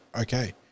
Okay